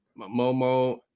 Momo